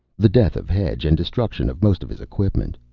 the death of hedge and destruction of most of his equipment.